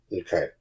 Okay